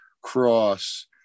cross